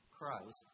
Christ